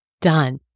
done